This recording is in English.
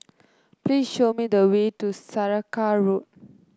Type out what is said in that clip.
please show me the way to Saraca Road